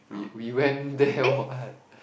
we went there what